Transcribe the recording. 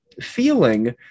feeling